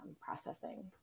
processing